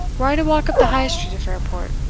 were i to walk up the high street of fairport,